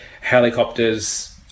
helicopters